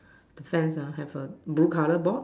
the fence ah have a blue color board